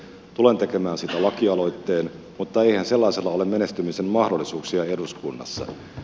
tulen tekemään siitä lakialoitteen mutta eihän sellaisella ole menestymisen mahdollisuuksia eduskunnassa